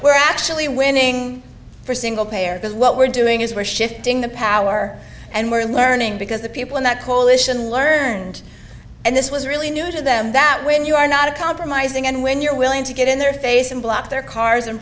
were actually winning for single payer because what we're doing is we're shifting the power and we're learning because the people in that coalition learned and this was really new to them that when you are not compromising and when you're willing to get in their face and block their cars and